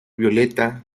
violeta